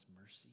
mercy